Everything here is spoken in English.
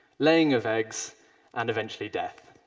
laying of eggs and, eventually, death.